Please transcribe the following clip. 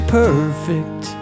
perfect